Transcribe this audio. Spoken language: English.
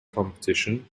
competition